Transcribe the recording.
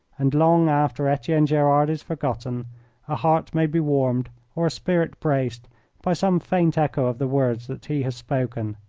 and long after etienne gerard is forgotten a heart may be warmed or a spirit braced by some faint echo of the words that he has spoken.